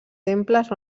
temples